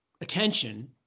attention